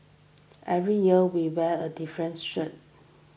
every year we wear a different shirt